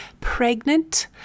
pregnant